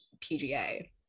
pga